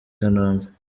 kanombe